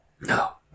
No